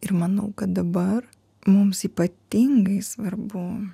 ir manau kad dabar mums ypatingai svarbu